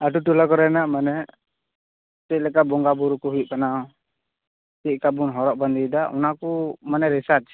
ᱟᱛᱳ ᱴᱚᱞᱟ ᱠᱚᱨᱮᱱᱟᱜ ᱢᱟᱱᱮ ᱪᱮᱫᱞᱮᱠᱟ ᱵᱚᱸᱜᱟ ᱵᱳᱨᱳ ᱠᱚ ᱦᱩᱭᱩᱜ ᱠᱟᱱᱟ ᱪᱮᱫ ᱠᱟᱵᱚᱱ ᱦᱚᱲᱚᱜ ᱵᱟᱸᱫᱮ ᱭᱮᱫᱟ ᱚᱱᱟᱠᱳ ᱢᱟᱱᱮ ᱨᱤᱥᱟᱨᱪ